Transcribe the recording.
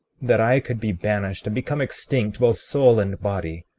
that i could be banished and become extinct both soul and body,